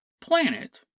planet